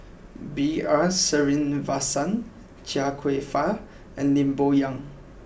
B R Sreenivasan Chia Kwek Fah and Lee Boon Yang